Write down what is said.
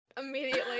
immediately